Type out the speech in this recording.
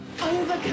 overcome